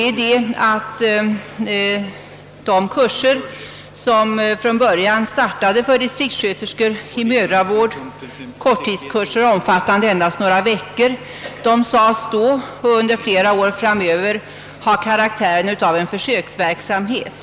När dessa kurser i mödravård startades — korttidskurser omfattade endast några veckor — sades det att de hade karaktären av en försöksverksamhet.